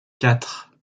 quatre